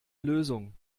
lösung